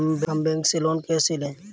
हम बैंक से लोन कैसे लें?